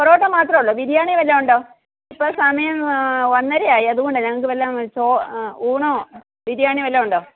പൊറോട്ട മാത്രമുള്ളോ ബിരിയാണി വല്ലതും ഉണ്ടോ ഇപ്പോൾ സമയം ഒന്നരയായി അതുകൊണ്ടാണ് ഞങ്ങൾക്ക് വല്ലോം ഊണോ ബിരിയാണിയോ വല്ലതും ഉണ്ടോ